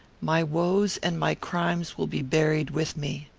my woes and my crimes will be buried with me.